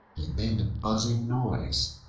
he made a buzzing noise,